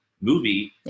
movie